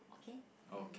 okay um